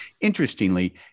Interestingly